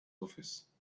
office